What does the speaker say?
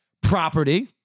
property